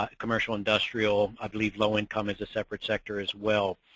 ah commercial industrial, i believe low-income is a separate sector as well.